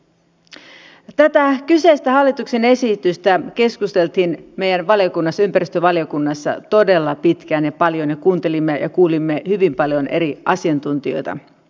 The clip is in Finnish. tästä kyseisestä hallituksen esityksestä keskusteltiin meidän valiokunnassamme ympäristövaliokunnassa todella pitkään ja paljon ja kuuntelimme ja kuulimme hyvin paljon eri asiantuntijoita